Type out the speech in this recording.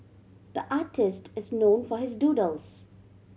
the artist is known for his doodles